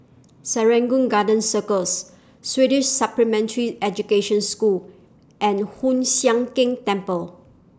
Serangoon Garden Circus Swedish Supplementary Education School and Hoon Sian Keng Temple